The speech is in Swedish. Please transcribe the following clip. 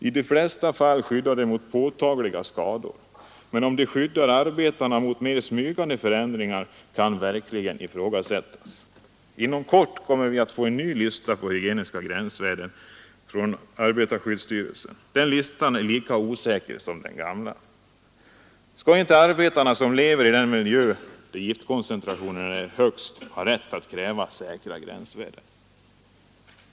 I de flesta fall skyddar de mot påtagliga skador, men om de skyddar arbetarna mot mera smygande förändringar, kan verkligen ifrågasättas. Inom kort kommer vi att få en ny lista på hygieniska gränsvärden från Arbetarskyddsstyrelsen. Den listan är lika osäker som den gamla. Ska inte arbetarna, som lever i den miljö där giftkoncentrationerna är högst, ha rätt att kräva säkra gränsvärden?